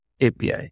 API